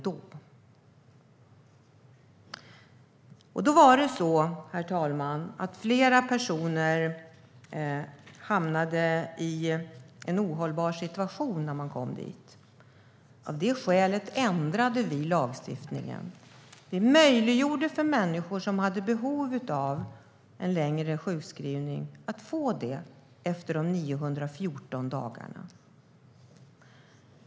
Därmed hamnade, herr talman, flera personer i en ohållbar situation när de kom dit. Av det skälet ändrade vi lagstiftningen. Vi möjliggjorde för människor som hade behov av en längre sjukskrivning att få det efter de 914 dagarna.